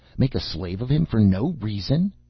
make a slave of him for no reason!